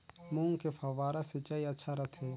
मूंग मे फव्वारा सिंचाई अच्छा रथे?